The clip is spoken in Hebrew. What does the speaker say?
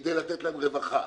כדי לתת להם רווחה.